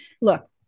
Look